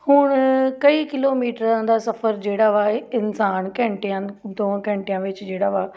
ਹੁਣ ਕਈ ਕਿਲੋਮੀਟਰਾਂ ਦਾ ਸਫ਼ਰ ਜਿਹੜਾ ਵਾ ਇਨਸਾਨ ਘੰਟਿਆਂ ਦੋ ਘੰਟਿਆਂ ਵਿੱਚ ਜਿਹੜਾ ਵਾ